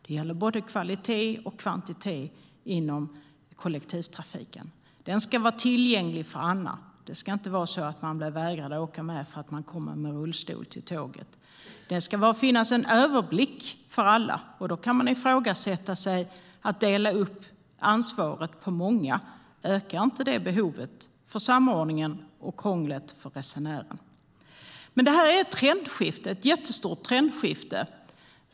Det gäller både kvalitet och kvantitet inom kollektivtrafiken. Den ska vara tillgänglig för alla. Man ska inte vägras att åka med på grund av att man kommer i rullstol till tåget. Det ska finnas en överblick för alla. Då kan man ifrågasätta att dela upp ansvaret på många. Ökar det inte behovet av samordning, och ökar det inte krånglet för resenärerna? Det här är ett trendskifte, ett jättestort trendskifte.